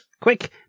Quick